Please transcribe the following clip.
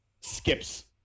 skips